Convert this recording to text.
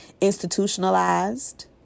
institutionalized